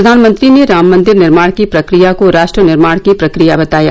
प्रधानमंत्री ने राम मन्दिर निर्माण की प्रक्रिया को राष्ट्र निर्माण की प्रक्रिया बताया